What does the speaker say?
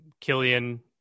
Killian